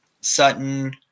Sutton